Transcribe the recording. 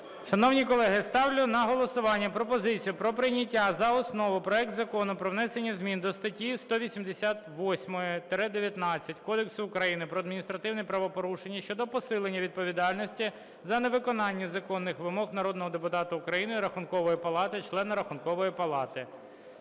Шановні колеги, ставлю на голосування пропозицію про прийняття за основу проект Закону про внесення змін до статті 188-19 Кодексу України про адміністративні правопорушення щодо посилення відповідальності за невиконання законних вимог народного депутата України, Рахункової палати, члена Рахункової палати.